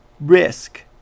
risk